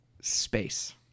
space